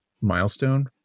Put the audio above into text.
milestone